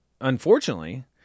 unfortunately